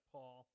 Paul